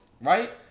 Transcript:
Right